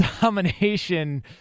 domination